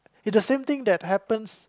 it's the same thing that happen